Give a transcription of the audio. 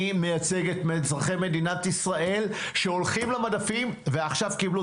אני מייצג את אזרחי מדינת ישראל שהולכים למדפים וקיבלו